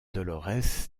dolores